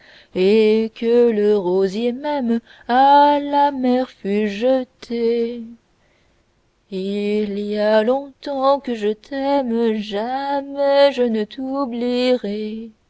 et que le rosier même à la mer fût jeté il y a longtemps que je t'aime